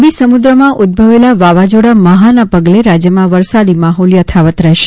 અરબી સમુદ્રમાં ઉદભવેલા વાવાઝોડા મહાના પગલે રાજ્યમાં વરસાદી માહોલ યથાવત રહેશે